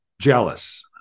jealous